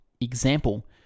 Example